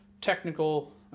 technical